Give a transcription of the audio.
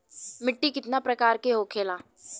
मिट्टी कितना प्रकार के होखेला?